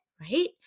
right